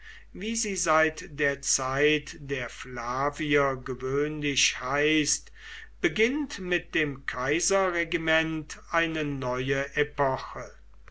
wie sie seit der zeit der flavier gewöhnlich heißt begann mit dem kaiserregiment eine neue epoche